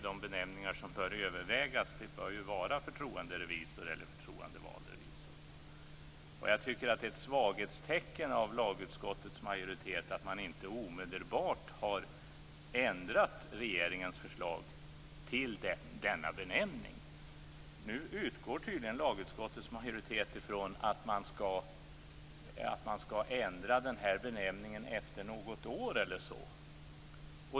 De benämningar som kan övervägas bör ju vara Jag tycker att det är ett svaghetstecken att lagutskottets majoritet inte omedelbart har ändrat regeringens förslag i enlighet med detta. Nu utgår tydligen lagutskottets majoritet från att man skall ändra benämningen efter något år eller så.